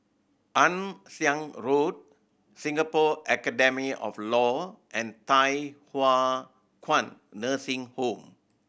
Ann Siang Road Singapore Academy of Law and Thye Hua Kwan Nursing Home